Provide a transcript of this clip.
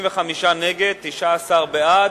35 נגד, 19 בעד.